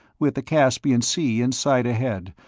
with the caspian sea in sight ahead,